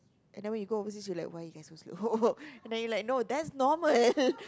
and then when you go overseas you are like why you guys so slow and then you are like no that's normal